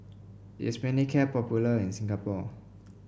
is Manicare popular in Singapore